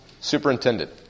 superintendent